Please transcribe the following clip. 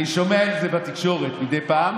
אני שומע את זה בתקשורת מדי פעם.